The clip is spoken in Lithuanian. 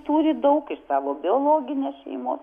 turi daug iš savo biologinės šeimos